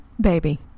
baby